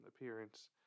appearance